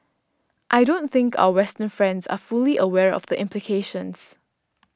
I don't think our western friends are fully aware of the implications